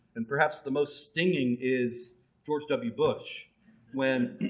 and perhaps the most stinging is george w. bush when